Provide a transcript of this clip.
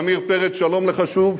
עמיר פרץ, שלום לך שוב.